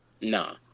nah